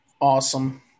awesome